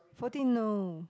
forty no